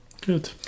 good